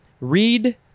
read